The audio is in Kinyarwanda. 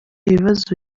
bibazo